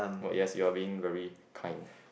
what yes you're being very kind